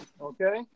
okay